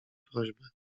prośbę